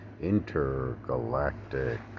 intergalactic